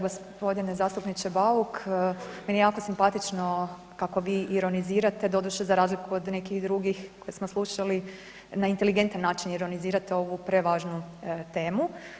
G. zastupniče Bauk, meni je jako simpatično kako vi ironizirate, doduše za razliku od nekih drugih koje smo slušali na inteligentan način ironizirate ovu prevažnu temu.